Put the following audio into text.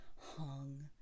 hung